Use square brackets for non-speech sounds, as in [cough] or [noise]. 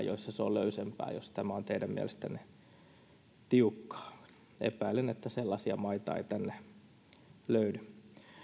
[unintelligible] joissa se on löysempää jos tämä on teidän mielestänne tiukkaa epäilen että sellaisia maita ei tänne löydy